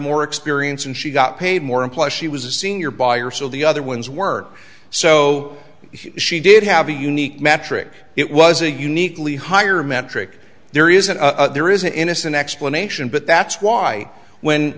more experience and she got paid more imply she was a senior buyer so the other one's work so she did have a unique metric it was a uniquely higher metric there isn't there is an innocent explanation but that's why when